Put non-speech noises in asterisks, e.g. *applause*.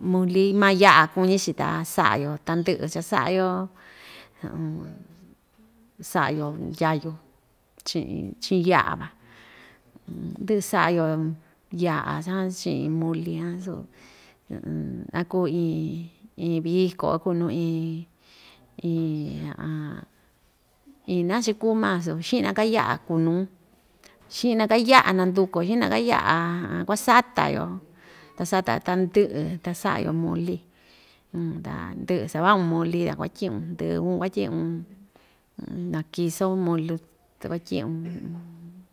muli ma ya'a kuñi‑chi ta sa'a‑yo tandɨ'ɨ cha‑sa'a‑yo *hesitation* sa'a‑yo ndyayu chi'in chi'in ya'a van ndɨ'ɨ sa'a‑yo ya'a jan chi'in muli jan su *hesitation* a kuu iin iin viko a kuu nuu iin iin *hesitation* iin nachuku maa su xi'na‑ka ya'a kuu nuu xi'na‑ka ya'a nandukuo xi'na‑ka ya'a *hesitation* kuasata‑yo ta sata‑yo tandɨ'ɨ ta sa'a‑yo muli *hesitation* ta ndɨ'ɨ sava'un muli ta kuatyi'un ndɨvun kuatyi'un *hesitation* na kiso muli ta kuatyi'un. *hesitation*